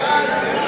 סיוע לניצולי